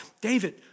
David